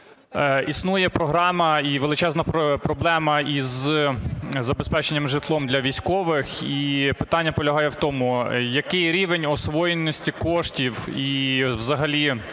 Існує програма і величезна проблема забезпечення житлом для військових. І питання полягає в тому, який рівень освоєності коштів? І взагалі